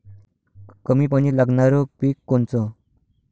कमी पानी लागनारं पिक कोनचं?